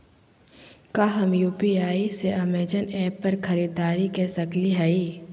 का हम यू.पी.आई से अमेजन ऐप पर खरीदारी के सकली हई?